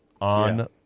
on—